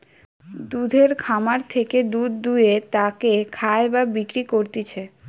দুধের খামার থেকে দুধ দুয়ে তাকে খায় বা বিক্রি করতিছে